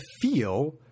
feel